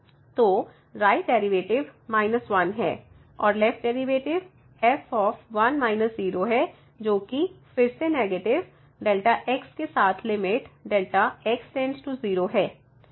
तो right derivative 1 है और लेफ्ट डिरिवैटिव f है जोकि फिर से नेगेटिव Δ x के साथ लिमिट Δ x→0 है